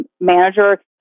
manager